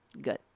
Good